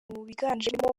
biganjemo